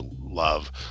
love